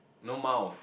no mouth